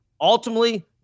ultimately